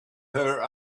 her